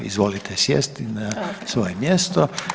Izvolite sjesti na svoje mjesto.